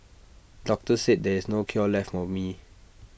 doctors said there is no cure left for me